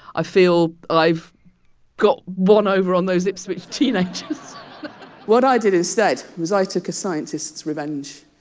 i feel i've got one over on those ipswich teenagers what i did instead was i took a scientist's revenge,